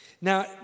Now